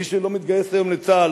מי שלא מתגייס היום לצה"ל,